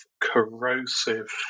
corrosive